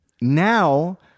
now